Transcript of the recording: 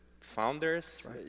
founders